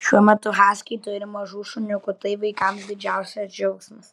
šiuo metu haskiai turi mažų šuniukų tai vaikams didžiausias džiaugsmas